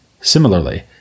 Similarly